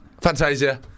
Fantasia